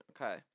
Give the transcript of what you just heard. Okay